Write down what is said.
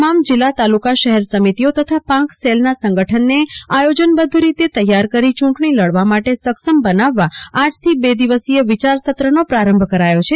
તમામ જીલ્લા તાલુકા શેર સમિતિઓ તથા પંખ સેલના સંગઠનને આયોજનબદ્વ રીતે તૈયાર કરી ચુંટણી લડવા માટે સક્ષમ બનાવવા આજથી બે દિવસીય વિયાર સત્રનો પ્રારંભ કરાયો છે